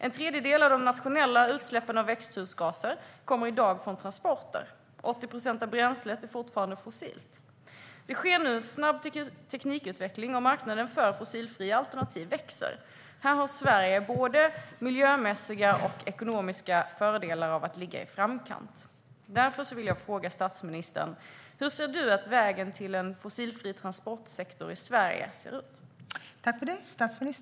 En tredjedel av de nationella utsläppen av växthusgaser kommer i dag från transporter. 80 procent av bränslet är fortfarande fossilt. Det sker nu en snabb teknikutveckling, och marknaden för fossilfria alternativ växer. Här har Sverige både miljömässiga och ekonomiska fördelar av att ligga i framkant. Därför vill jag fråga statsministern hur vägen till en fossilfri transportsektor i Sverige ser ut.